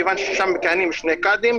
מכיוון ששם מכהנים שני קאדים,